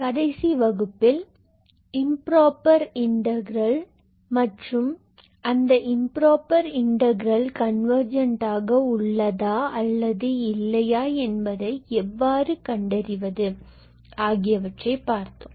கடைசி வகுப்பில் improper integral மற்றும் அந்த இம்புரோபர் இன்டகிரல் கன்வர்ஜெண்ட்டாக உள்ளதா இல்லையா என்பதை எவ்வாறு கண்டறிவது ஆகியவற்றைப் பார்த்தோம்